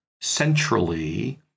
centrally